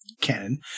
Canon